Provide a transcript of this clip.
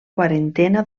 quarantena